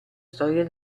storia